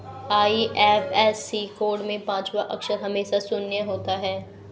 IFSC code में पांचवा अक्षर हमेशा शून्य होता है